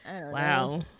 wow